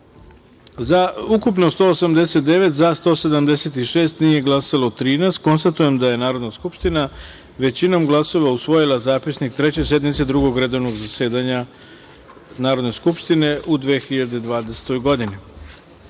ukupno – 189, za – 176, nije glasalo –13.Konstatujem da je Narodna skupština, većinom glasova, usvojila Zapisnik Treće sednice Drugog redovnog zasedanja Narodne skupštine Republike